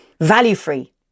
value-free